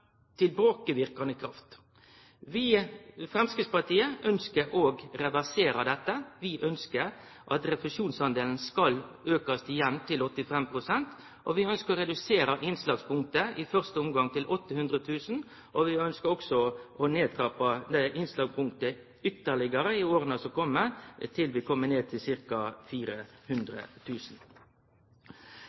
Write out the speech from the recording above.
kraft. Vi i Framstegspartiet ønskjer å reversere dette. Vi ønskjer at refusjonsdelen skal aukast igjen til 85 pst. Vi ønskjer å redusere innslagspunktet i første omgang til 800 000 kr, og vi ønskjer også å trappe ned innslagspunktet ytterlegare i åra som kjem, til vi kjem ned til